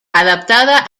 adaptada